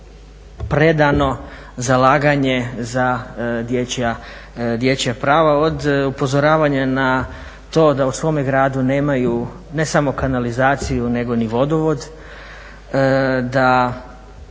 predano zalaganje za dječja prava, od upozoravanja na to da u svome gradu nemaju, ne samo kanalizaciju, nego ni vodovod, da